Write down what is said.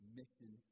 mission